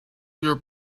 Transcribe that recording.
your